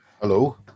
Hello